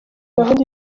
gahunda